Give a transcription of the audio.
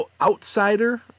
outsider